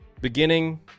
beginning